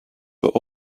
but